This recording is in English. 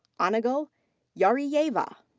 annagul yaryyeva.